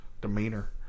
demeanor